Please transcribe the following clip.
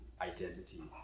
Identity